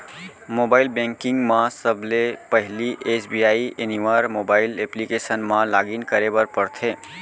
mobile banking म सबले पहिली एस.बी.आई एनिवर मोबाइल एप्लीकेसन म लॉगिन करे बर परथे